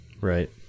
right